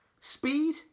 speed